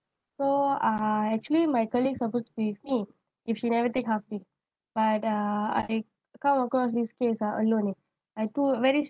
so uh actually my colleague supposed to be with me if she never take half day but uh I come across this case ah alone eh I too~ very s